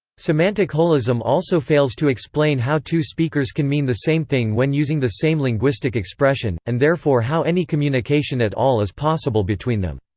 semantic holism also fails to explain how two speakers can mean the same thing when using the same linguistic expression, and therefore how any communication at all is possible between them.